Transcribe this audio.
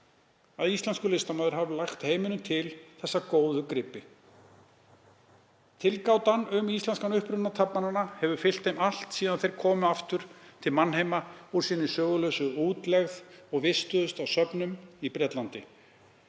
að íslenskur listamaður hafi lagt heiminum til þessa góðu gripi. Tilgátan um íslenskan uppruna taflmannanna hefur fylgt þeim allt síðan þeir komu aftur til mannheima úr sinni sögulausu útlegð og vistuðust á söfnum í Bretlandi.